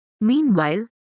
Meanwhile